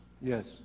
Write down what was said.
Yes